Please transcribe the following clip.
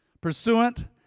Pursuant